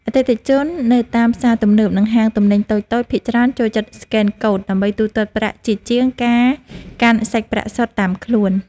អតិថិជននៅតាមផ្សារទំនើប និងហាងទំនិញតូចៗភាគច្រើនចូលចិត្តស្កែនកូដ ដើម្បីទូទាត់ប្រាក់ជាជាងការកាន់សាច់ប្រាក់សុទ្ធតាមខ្លួន។